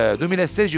2016